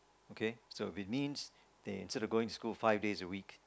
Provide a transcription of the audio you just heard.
okay so it means that instead of going school five days a week